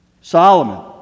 Solomon